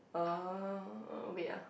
err wait ah